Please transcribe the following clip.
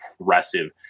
impressive